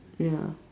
ya